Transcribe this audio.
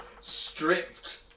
stripped